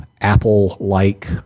Apple-like